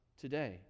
today